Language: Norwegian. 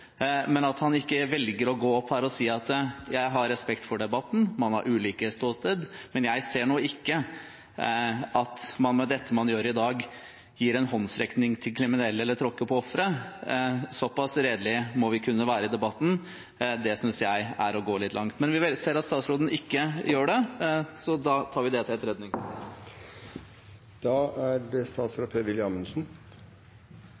men at han ikke velger å gå opp her og si: Jeg har respekt for debatten, man har ulike ståsteder, men jeg ser ikke at man med dette man gjør i dag, gir en håndsrekning til kriminelle eller tråkker på ofre, så pass redelige må vi kunne være i debatten, det synes jeg er å gå litt langt. Men jeg ser at statsråden ikke gjør det, så da tar vi det til etterretning. Igjen et forsøk, slik jeg oppfatter det,